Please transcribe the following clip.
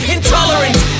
Intolerance